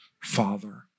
Father